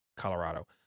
Colorado